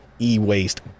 e-waste